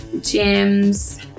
Gems